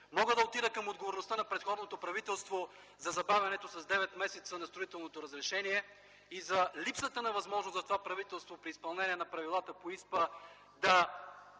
Мога да отида към отговорността на предходното правителство за забавянето с 9 месеца на строителното разрешение и за липсата на възможност за това правителство при изпълнение на правилата по ИСПА да